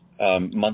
month